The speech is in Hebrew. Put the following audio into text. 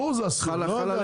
אסור.